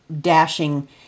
dashing